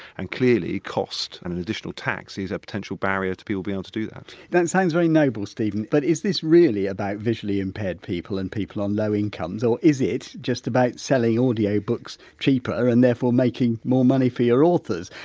and clearly cost and an additional tax is a potential barrier to people being able to do that that sounds very noble stephen but is this really about visually impaired people and people on low incomes or is it just about selling audiobooks cheaper and therefore making more money for your authors?